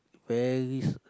very